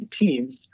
teams